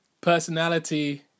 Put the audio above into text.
personality